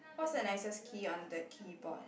what's the nicest key on the keyboard